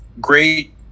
great